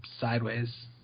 sideways